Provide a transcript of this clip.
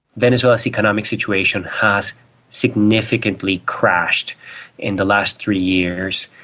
venezuela's economic situation has significantly crashed in the last three years.